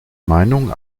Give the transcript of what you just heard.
meinung